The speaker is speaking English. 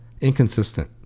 inconsistent